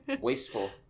Wasteful